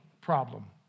problem